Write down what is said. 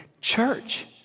church